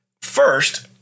First